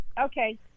Okay